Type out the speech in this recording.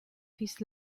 his